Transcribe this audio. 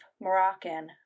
Moroccan